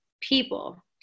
people